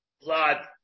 blood